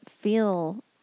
feel